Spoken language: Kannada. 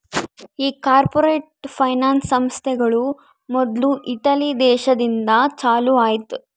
ಈ ಕಾರ್ಪೊರೇಟ್ ಫೈನಾನ್ಸ್ ಸಂಸ್ಥೆಗಳು ಮೊದ್ಲು ಇಟಲಿ ದೇಶದಿಂದ ಚಾಲೂ ಆಯ್ತ್